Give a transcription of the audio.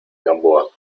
gamboa